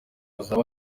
bazaba